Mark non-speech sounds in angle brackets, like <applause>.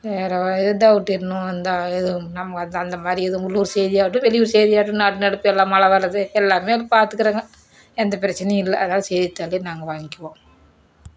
வேறு இதுதான் ஒட்டிடணும் <unintelligible> அந்தமாதிரி எதுவும் உள்ளூர் செய்தியாகட்டும் வெளியூர் செய்தியாகட்டும் நாட்டு நடப்பு மழை வரது எல்லாமே பார்த்துக்குறங்க எந்த பிரச்சனையும் இல்லை அதனால் செய்தித்தாளே நாங்கள் வாங்கிக்குவோம்